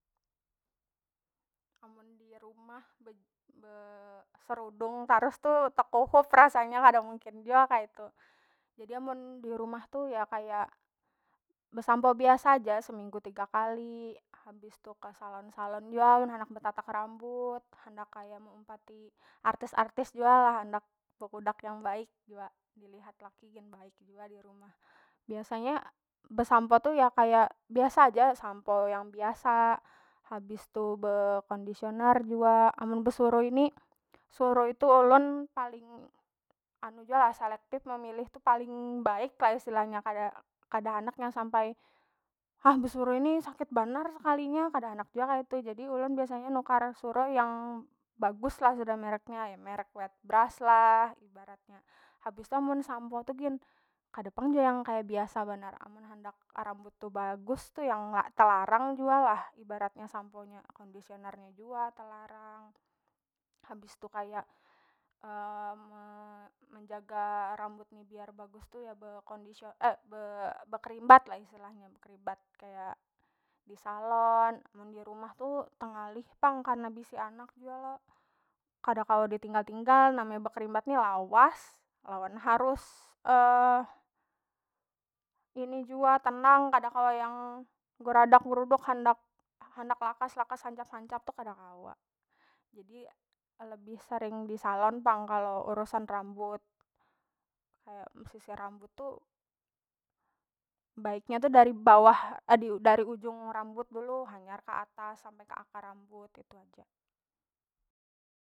Amun di rumah be- beserudung tarus tu tekuhup rasanya kada mungkin jua kaitu, jadi amun di rumah tu ya kaya besampo biasa ja seminggu tiga kali habis tu ka salon- salon jua amun handak betatak rambut, handak kaya meumpati artis- artis jua lah handak bekudak yang baik jua dilihat laki gin baik jua di rumah biasanya besampo tu ya kaya biasa ja sampo yang biasa habis tu be kondisioner jua amun besurui ni surui tu ulun paling anu jua lah selektif memilih paling baik istilahnya kada- kada handak yang sampai besurui nih sakit banar sekalinya kada handak jua kayatu, jadi ulun biasanya nukar surui yang baguslah sudah merek nya ya merek wetbrash lah ibaratnya, habis tu amun sampo tu gin kada pang jua yang kaya biasa banar, amun handak rambut tu bagus tu yang telarang jua lah ibaratnya samponya, kondisioner jua telarang, habis tu kaya me- menjaga rambut ni biar bagus tu be- bekerimbat lah istilahnya bekerimbat kaya di salon mun di rumah tu tengalih pang karna bisi anak jua lo, kada kawa ditinggal- tinggal namanya bekerimbat ni lawas lawan harus ini jua tenang kada kawa yang gradak- gruduk handak- handak lakas- lakas hancap- hancap tu kada kawa. Jadi lebih sering di salon pang kalo urusan rambut kaya sisir rambut tu baik nya tu dari bawah dari ujung rambut dulu hanyar keatas sampai ke akar rambut itu aja.